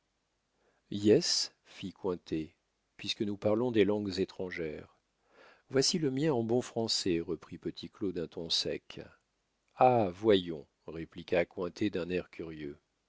fit cointet puisque nous parlons des langues étrangères voici le mien en bon français reprit petit claud d'un ton sec ah voyons répliqua cointet d'un air curieux